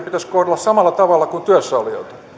pitäisi kohdella samalla tavalla kuin työssäolijoita